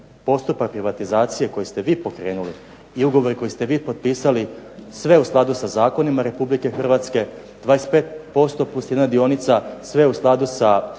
postupak privatizacije koji ste vi pokrenuli i ugovori koje ste vi potpisali sve u skladu s zakonima Republike Hrvatske. 25%+1 dionica, sve u skladu sa